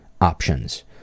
options